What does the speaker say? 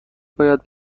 باید